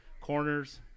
corners